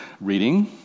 reading